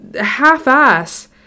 half-ass